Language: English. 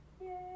Yay